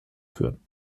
führen